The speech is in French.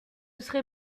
serait